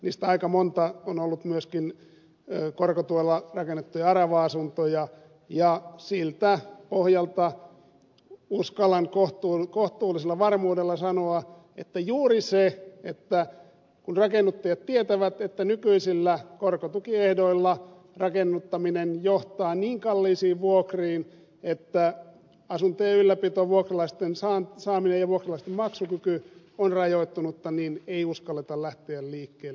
niistä aika monta on ollut myöskin korkotuella rakennettuja arava asuntoja ja siltä pohjalta uskallan kohtuullisella varmuudella sanoa että juuri se että kun rakennuttajat tietävät että nykyisillä korkotukiehdoilla rakennuttaminen johtaa niin kalliisiin vuokriin että asuntojen ylläpito vuokralaisten saaminen ja vuokralaisten maksukyky on rajoittunutta ei uskalleta lähteä liikkeelle